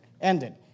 ended